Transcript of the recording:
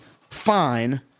fine